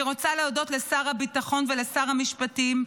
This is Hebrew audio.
אני רוצה להודות לשר הביטחון ולשר המשפטים,